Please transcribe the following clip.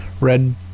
red